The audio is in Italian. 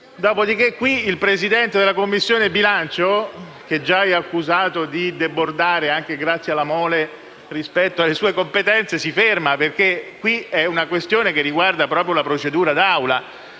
Dopodiché, qui il Presidente della Commissione bilancio, che già è accusato di debordare - anche grazie alla mole - rispetto alle sue competenze, si ferma, perché si tratta di una questione che riguarda la procedura d'Aula.